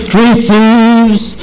receives